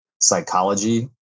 psychology